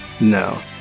No